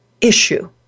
issue